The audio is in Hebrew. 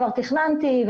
כבר תכננתי,